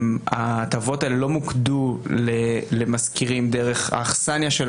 ההטבות האלה לא מוקדו למשכירים דרך האכסניה שהיא